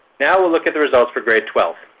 now we'll look at the results for grade twelve.